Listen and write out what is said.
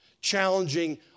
challenging